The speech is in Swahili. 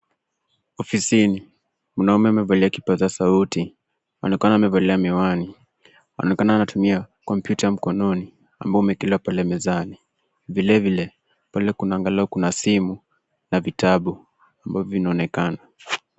Ofisini. Mwanamume amevalia kipaza sauti. Anaonekana amevalia miwani, anaonekana anatumia kompyuta mkononi ambayo imekaa pale mezani. Vilevile pale kuna angalau kuna simu na vitabu ambavyo vinaonekana.